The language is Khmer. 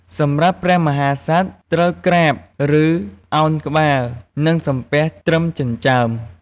សម្រាប់ព្រះមហាក្សត្រ ត្រូវក្រាប ឬឱនក្បាល និងសំពះត្រឹមចិញ្ចើម។